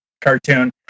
cartoon